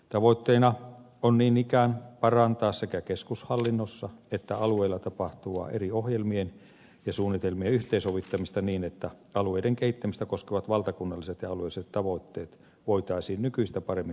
tavoitteena on niin ikään parantaa sekä keskushallinnossa että alueilla tapahtuvaa eri ohjelmien ja suunnitelmien yhteensovittamista niin että alueiden kehittämistä koskevat valtakunnalliset ja alueelliset tavoitteet voitaisiin nykyistä paremmin ottaa huomioon